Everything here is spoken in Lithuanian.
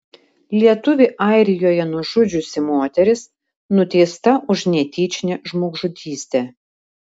lietuvį airijoje nužudžiusi moteris nuteista už netyčinę žmogžudystę